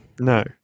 No